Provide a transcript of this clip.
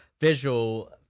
visual